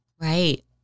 Right